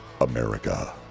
America